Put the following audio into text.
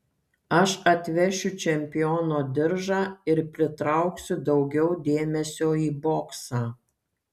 aš atvešiu čempiono diržą ir pritrauksiu daugiau dėmesio į boksą